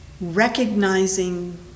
recognizing